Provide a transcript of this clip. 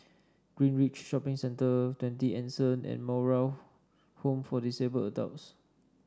Greenridge Shopping Centre Twenty Anson and Moral Home for Disabled Adults